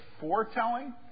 foretelling